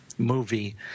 movie